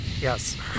yes